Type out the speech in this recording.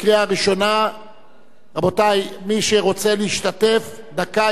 רבותי, מי שרוצה להשתתף, דקה יש לו להירשם.